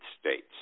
States